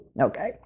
Okay